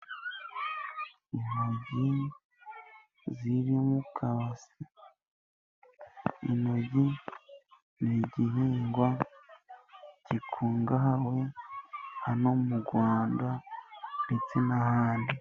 Intoryi ziri mu kabasi. Intoryi ni igihingwa gikungahaye hano mu Rwanda, ndetse n'ahandi.